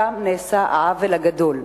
שם נעשה העוול הגדול.